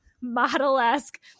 model-esque